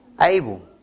Abel